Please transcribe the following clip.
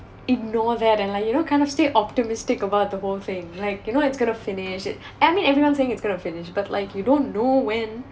ignore that and like you know kind of stay optimistic about the whole thing like you know it's going to finish I mean everyone saying it's going to finish but like you don't know when